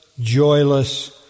joyless